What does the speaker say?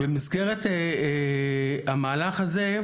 במסגרת המהלך הזה,